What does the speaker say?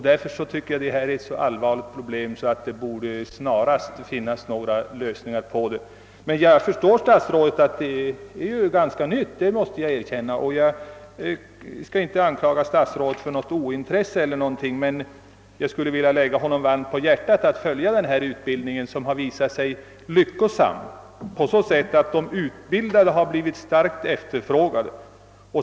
Därför är detta ett allvarligt problem som snarast borde lösas. Jag förstår herr statsrådet som menar att det hela är ganska nytt — det måste jag erkänna — och skall inte anklaga honom för att vara ointresserad. Däremot skulle jag vilja lägga honom varmt på hjärtat att följa den utbildning som bedrivits vid John Ericssonskolan och som har visat sig lyckosam på så sätt att de som har genomgått kursen har blivit starkt efterfrågade.